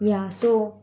yeah so